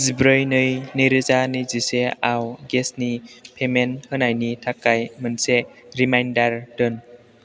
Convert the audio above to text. जिब्रै नै नै रोजा नैजिसेआव गेसनि पेमेन्ट होनायनि थाखाय मोनसे रिमाइन्डार दोन